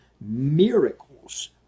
miracles